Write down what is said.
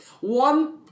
One